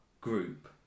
group